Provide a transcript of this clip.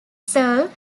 searle